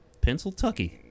Pennsylvania